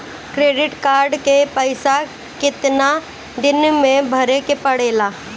Credit card के पइसा कितना दिन में भरे के पड़ेला?